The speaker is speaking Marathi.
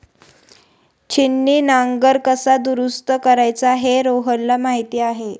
छिन्नी नांगर कसा दुरुस्त करायचा हे रोहनला माहीत आहे